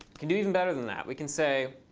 can do even better than that. we can say